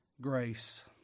grace